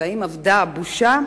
ו-האם אבדה הבושה?